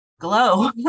Glow